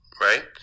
right